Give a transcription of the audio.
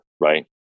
right